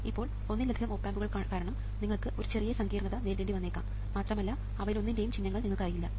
ഇപ്പോൾ ഒന്നിലധികം ഓപ് ആമ്പുകൾ കാരണം നിങ്ങൾക്ക് ഒരു ചെറിയ സങ്കീർണത നേരിടേണ്ടി വന്നേക്കാം മാത്രമല്ല അവയിലൊന്നിന്റെയും ചിഹ്നങ്ങൾ നിങ്ങൾക്കറിയില്ല